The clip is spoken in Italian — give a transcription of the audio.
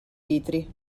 litri